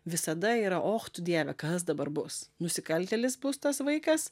visada yra och tu dieve kas dabar bus nusikaltėlis bus tas vaikas